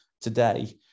today